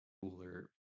cooler